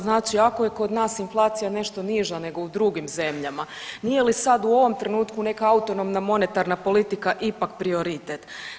Znači ako je kod nas inflacija nešto niža nego u drugim zemljama nije li sad u ovom trenutku neka autonomna monetarna politika ipak prioritet?